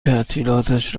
تعطیلاتش